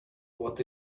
what